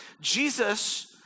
Jesus